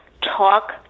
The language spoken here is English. talk